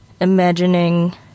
imagining